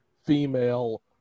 female